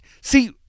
See